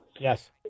Yes